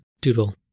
doodle